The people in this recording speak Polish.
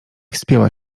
wspięła